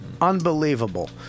Unbelievable